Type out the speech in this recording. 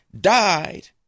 died